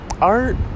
Art